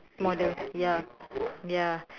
model ya ya